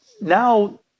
now